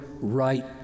right